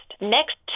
Next